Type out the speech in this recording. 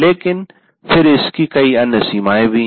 लेकिन फिर इसकी कई अन्य सीमाएँ भी हैं